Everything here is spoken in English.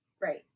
Right